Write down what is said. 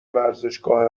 ورزشگاه